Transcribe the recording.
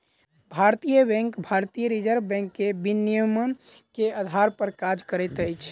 भारतीय बैंक भारतीय reserve bank के विनियमन के आधार पर काज करैत अछि